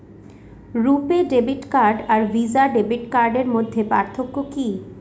রূপে debit card আর Visa debit কার্ডের মধ্যে পার্থক্য কি?